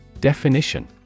Definition